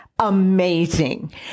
Amazing